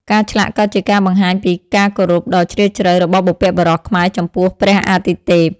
ការឆ្លាក់ក៏ជាការបង្ហាញពីការគោរពដ៏ជ្រាលជ្រៅរបស់បុព្វបុរសខ្មែរចំពោះព្រះអាទិទេព។